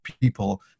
people